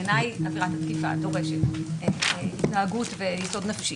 בעיניי עבירת תקיפה דורשת התנהגות ויסוד נפשי.